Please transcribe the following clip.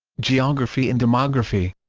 geography and demography